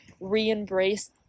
re-embrace